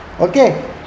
Okay